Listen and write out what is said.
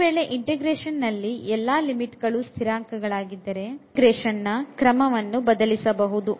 ಒಂದು ವೇಳೆ integration ನಲ್ಲಿ ಎಲ್ಲಾ ಲಿಮಿಟ್ ಗಳು ಸ್ಥಿರಾಂಕ ಗಳಾಗಿದ್ದರೆ integration ಕ್ರಮವನ್ನು ಬದಲಿಸಬಹುದು